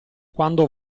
quando